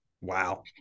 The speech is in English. wow